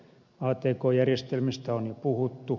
atk järjestelmistä on jo puhuttu